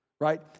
right